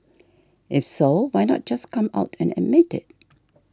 if so why not just come out and admit it